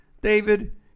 David